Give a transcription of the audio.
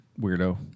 weirdo